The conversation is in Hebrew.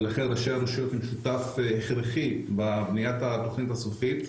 ולכן ראשי הרשויות הם חלק הכרחי בבניית התוכנית הסופית.